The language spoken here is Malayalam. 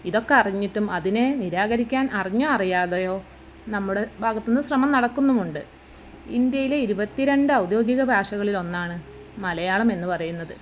ഇതൊക്കെ അറിഞ്ഞിട്ടും അതിനെ നിരാകരിക്കാൻ അറിഞ്ഞോ അറിയാതെയോ നമ്മുടെ ഭാഗത്തുനിന്ന് ശ്രമം നടക്കുന്നുമുണ്ട് ഇന്ത്യയിലെ ഇരുപത്തിരണ്ട് ഔദ്യോഗിക ഭാഷകളിൽ ഒന്നാണ് മലയാളം എന്നു പറയുന്നത്